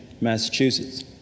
Massachusetts